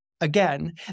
Again